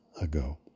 ago